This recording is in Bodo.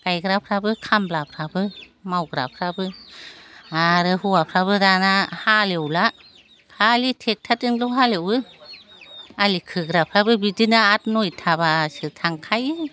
गायग्रा फ्राबो खामलाफ्राबो मावग्राफ्राबो आरो हौवाफ्राबो दाना हालएवला खालि ट्रेक्टरजोंल' हालएवो आलि खोग्राफ्राबो बिदिनो आठ नयथाब्लासो थांखायो